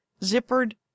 zippered